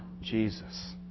Jesus